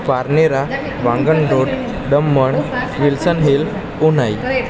પારનેરા વાંગણધોધ Daman Wilson hill Unai